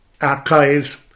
Archives